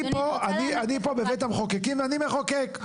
אני פה בבית המחוקקים ואני מחוקק.